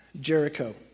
Jericho